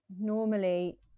normally